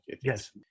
Yes